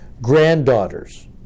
granddaughters